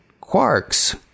Quark's